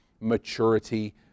maturity